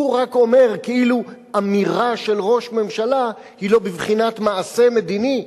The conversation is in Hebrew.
כאילו אמירה של ראש ממשלה היא לא בבחינת מעשה מדיני,